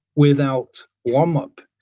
without warm up.